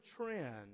trend